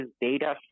data